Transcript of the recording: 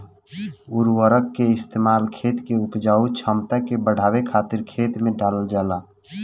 उर्वरक के इस्तेमाल खेत के उपजाऊ क्षमता के बढ़ावे खातिर खेत में डालल जाला